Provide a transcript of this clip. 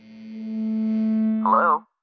Hello